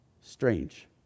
strange